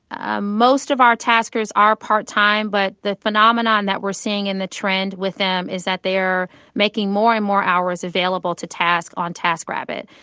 ah most of our taskers are part time, but the phenomenon that we're seeing and the trend with them is that they are making more and more hours available to task on taskrabbit.